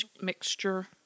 mixture